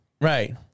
Right